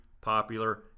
popular